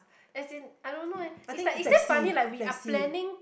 as in I don't know eh is like is damn funny like we are planning